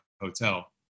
hotel